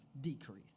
decrease